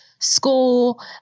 school